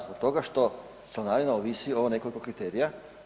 Zbog toga što članarina ovisi o nekoliko kriterija.